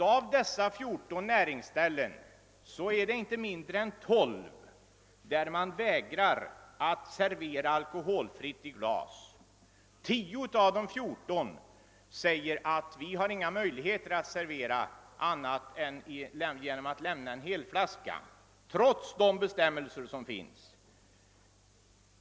Av dessa är det inte mindre än 12 som vägrar att servera alkoholfria drycker glasvis. På 10 av de 14 säger man att man inte har några möjligheter att servera på annat sätt än genom att lämna en helflaska, trots de bestämmelser som finns.